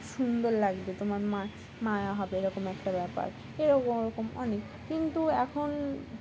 সুন্দর লাগবে তোমার মা মায়া হবে এরকম একটা ব্যাপার এরকম ওরকম অনেক কিন্তু এখন